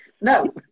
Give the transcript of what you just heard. no